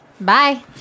Bye